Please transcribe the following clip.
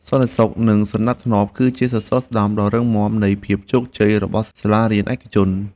សន្តិសុខនិងសណ្តាប់ធ្នាប់គឺជាសសរស្តម្ភដ៏រឹងមាំនៃភាពជោគជ័យរបស់សាលារៀនឯកជន។